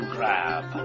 Crab